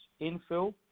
infill